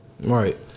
Right